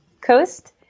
coast